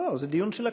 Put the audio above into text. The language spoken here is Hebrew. לא, זה דיון של הכנסת.